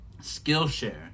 Skillshare